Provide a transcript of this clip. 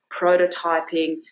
prototyping